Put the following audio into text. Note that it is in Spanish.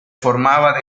formaba